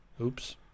Oops